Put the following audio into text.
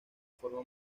forma